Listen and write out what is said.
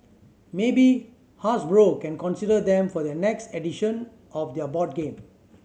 maybe Hasbro can consider them for their next edition of their board game